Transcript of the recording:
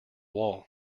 wall